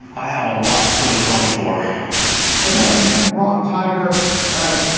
i have a lot to atone for again wrong, tiger. all right.